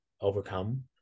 overcome